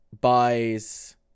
buys